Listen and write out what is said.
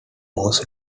was